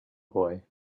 boy